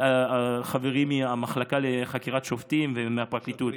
חברים מהמחלקה לחקירת שוטרים ומהפרקליטות,